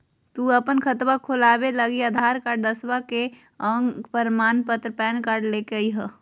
तू अपन खतवा खोलवे लागी आधार कार्ड, दसवां के अक प्रमाण पत्र, पैन कार्ड ले के अइह